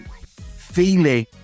feeling